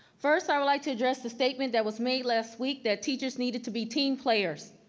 first, i would like to address the statement that was made last week that teachers needed to be team players.